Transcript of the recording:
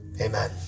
amen